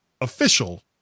official